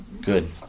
Good